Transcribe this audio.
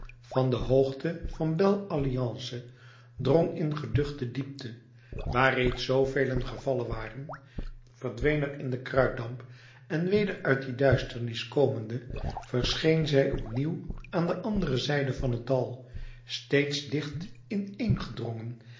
van de hoogte van belle alliance drong in de geduchte diepte waar reeds zoo velen gevallen waren verdween er in den kruitdamp en weder uit die duisternis komende verscheen zij opnieuw aan de andere zijde van het dal steeds dicht inééngedrongen